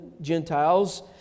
Gentiles